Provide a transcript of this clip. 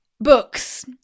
books